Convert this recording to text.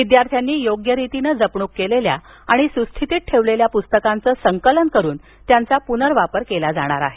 विद्यार्थ्यांनी योग्य रितीने जपणूक केलेल्या आणि सुस्थितीत ठेवलेल्या प्रस्तकांचं संकलन करून त्यांचा प्नर्वापर केला जाणार आहे